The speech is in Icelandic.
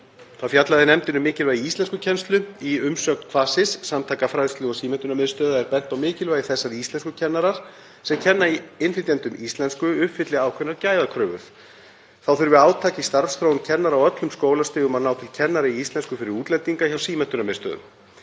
Þá fjallaði nefndin um mikilvægi íslenskukennslu. Í umsögn Kvasis – samtaka fræðslu- og símenntunarmiðstöðva er bent á mikilvægi þess að íslenskukennarar sem kenna innflytjendum íslensku uppfylli ákveðnar gæðakröfur. Þá þurfi átak í starfsþróun kennara á öllum skólastigum að ná til kennara í íslenskukennslu fyrir útlendinga hjá símenntunarmiðstöðvunum.